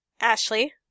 Ashley